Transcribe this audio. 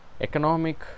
economic